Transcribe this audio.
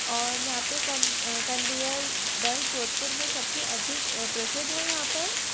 और यहाँ पर कन कन्वेयर बेल्ट जोधपुर में सब से अधिक प्रसिद्ध है यहाँ पर